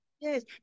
yes